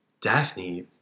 Daphne